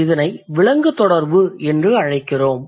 இதனை 'விலங்கு தொடர்பு' என்று அழைக்கிறோம்